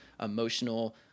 emotional